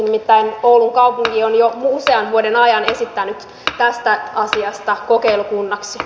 nimittäin oulun kaupunki on jo usean vuoden ajan halunnut tässä asiassa kokeilukunnaksi